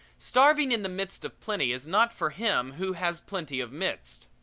starving in the midst of plenty is not for him who has plenty of midst.